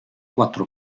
quattro